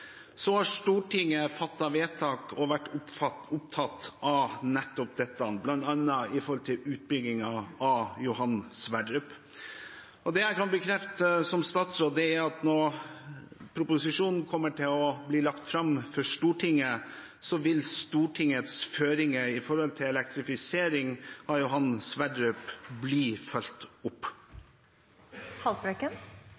Stortinget har fattet vedtak og vært opptatt av nettopp dette, bl.a. når det gjelder utbyggingen av Johan Sverdrup. Det jeg kan bekrefte som statsråd, er at når proposisjonen blir lagt fram for Stortinget, vil Stortingets føringer